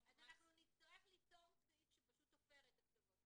נצטרך ליצור סעיף שבעצם תופר את הקצוות האלה.